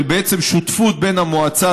ובעצם שותפות בין המועצה,